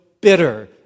bitter